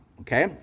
okay